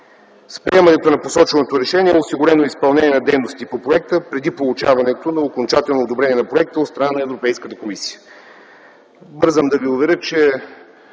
С приемане на посоченото решение е осигурено изпълнение на дейностите по проекта преди получаването на окончателно одобрение на проекта от страна на Европейската комисия. Бързам да Ви уведомя, че